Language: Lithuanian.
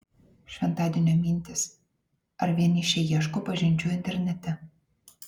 šventadienio mintys ar vienišiai ieško pažinčių internete